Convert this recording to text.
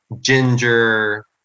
ginger